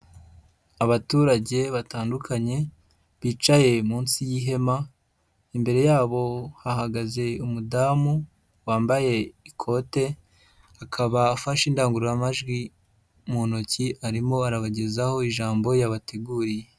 Abaturage batandukanye bicaye munsi y'ihema, imbere yabo hahagaze umudamu, wambaye ikote, akaba afashe indangururamajwi mu ntoki, arimo arabagezaho ijambo yabateguriye.